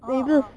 orh orh